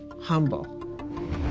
humble